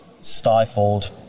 stifled